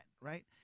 right